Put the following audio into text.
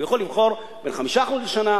הוא יכול לבחור בין 5% לשנה,